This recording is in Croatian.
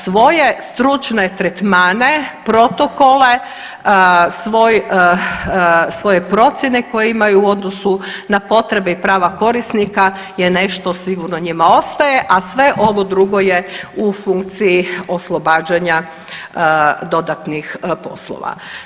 Svoje stručne tretmane, protokole, svoje procjene koje imaju u odnosu na potrebe i prava korisnika je nešto sigurno njima ostaje, a sve ovo drugo je u funkciji oslobađanja dodatnih poslova.